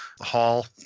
hall